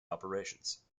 operations